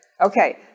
Okay